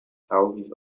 thousands